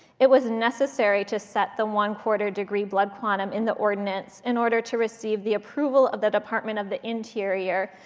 it was necessary to set the one-quarter degree blood quantum in the ordinance in order to receive the approval of the department of the interior,